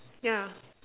yeah